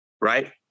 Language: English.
right